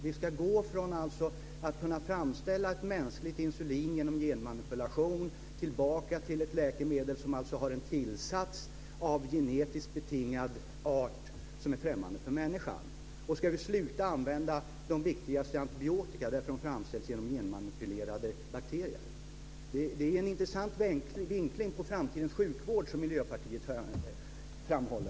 Vi ska alltså gå från att kunna framställa ett mänskligt insulin genom genmanipulation tillbaka till ett läkemedel som har en tillsats av genetiskt betingad art som är främmande för människan? Ska vi också sluta använda de vanligaste formerna antibiotika eftersom de framställs genom genmanipulerade bakterier? Det är en intressant vinkling på framtidens sjukvård som Miljöpartiet här framhåller.